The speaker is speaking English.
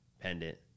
pendant